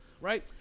right